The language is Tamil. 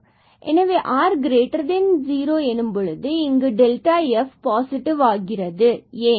எனவே r0 எனும்பொழுது இங்கும் இது f பாசிடிவ் ஆகிறது ஏன்